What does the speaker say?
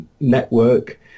network